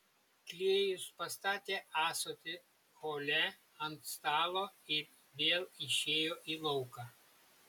klėjus pastatė ąsotį hole ant stalo ir vėl išėjo į lauką